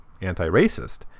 anti-racist